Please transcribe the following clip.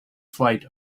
flight